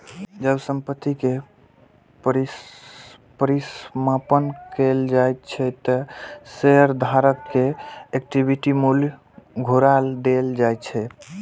जब संपत्ति के परिसमापन कैल जाइ छै, ते शेयरधारक कें इक्विटी मूल्य घुरा देल जाइ छै